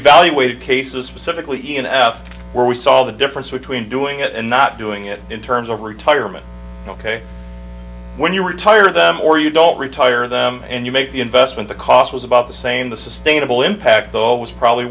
evaluated cases specifically in f where we saw the difference between doing it and not doing it in terms of retirement ok when you retire them or you don't retire them and you make the investment the cost was about the same the sustainable impact though was probably